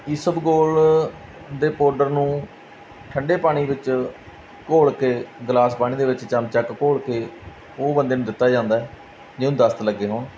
ਈਸਵਗੋਲ ਦੇ ਪਾਊਡਰ ਨੂੰ ਠੰਡੇ ਪਾਣੀ ਵਿੱਚ ਘੋਲ ਕੇ ਗਲਾਸ ਪਾਣੀ ਦੇ ਵਿੱਚ ਚਮਚਾ ਕੁ ਘੋਲ ਕੇ ਉਹ ਬੰਦੇ ਨੂੰ ਦਿੱਤਾ ਜਾਂਦਾ ਜਿਹਨੂੰ ਦਸਤ ਲੱਗੇ ਹੋਣ